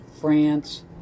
France